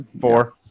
four